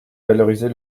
valoriser